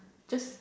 just